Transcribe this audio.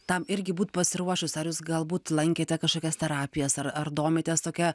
tam irgi būt pasiruošus ar jūs galbūt lankėte kažkokias terapijas ar ar domitės tokia